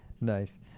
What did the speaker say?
Nice